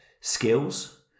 skills